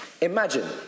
Imagine